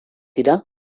dira